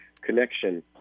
connection